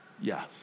yes